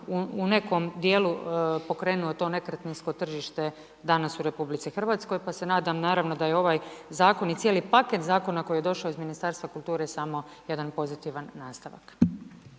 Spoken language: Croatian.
u nekom djelu pokrenuo to nekretninsko tržište danas u RH pa se nadam naravno da je ovaj zakon i cijeli paket zakona koji je došao iz Ministarstva kulture samo jedan pozitivan nastavak.